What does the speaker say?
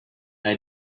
are